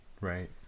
right